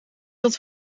dat